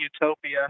utopia